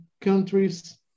countries